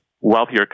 wealthier